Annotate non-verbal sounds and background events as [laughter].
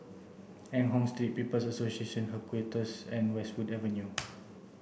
Eng Hoon Street People's Association Headquarters and Westwood Avenue [noise]